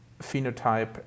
phenotype